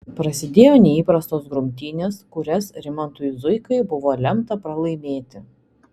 prasidėjo neįprastos grumtynės kurias rimantui zuikai buvo lemta pralaimėti